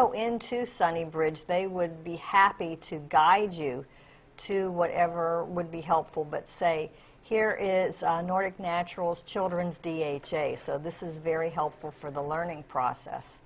go into sunny bridge they would be happy to guide you to whatever would be helpful but say here is nordic naturals children's d h a so this is very helpful for the learning process